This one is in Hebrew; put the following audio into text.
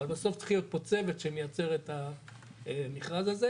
אבל בסוף צריך להיות פה צוות שמייצר את המכרז הזה.